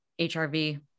HRV